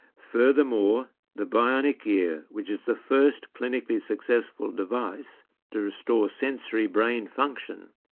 furthermore, the bionic ear, which is the first clinically successful device to restore sensory brain function,